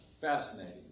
Fascinating